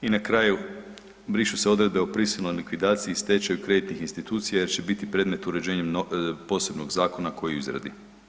I na kraju, brišu se odredbe o prisilnoj likvidaciji i stečaju kreditnih institucija jer će biti predmet uređenjem posebnog zakona koji je u izradi.